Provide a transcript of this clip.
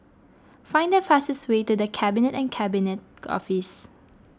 find the fastest way to the Cabinet and Cabinet Office